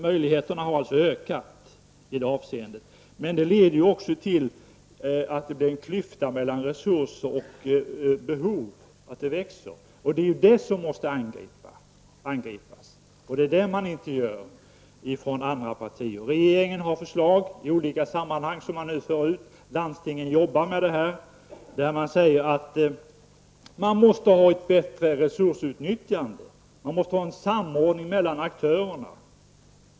Men det leder också till att klyftan mellan resurser och behov ökar, och det problemet måste angripas. Det gör inte de övriga partierna. Regeringen har lagt fram olika förslag, och landstingen arbetar med frågan. Det måste bli ett bättre resursutnyttjande och en samordning mellan aktörerna.